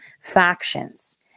factions